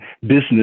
business